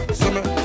summer